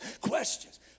questions